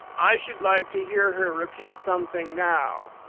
i should like to hear her repeat something now.